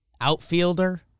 outfielder